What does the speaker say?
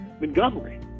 Montgomery